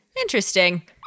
Interesting